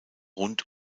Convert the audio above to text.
rund